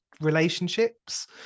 relationships